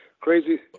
crazy